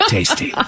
Tasty